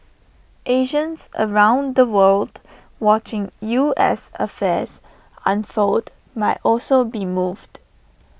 Asians around the world watching U S affairs unfold might also be moved